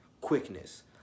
Quickness